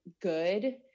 good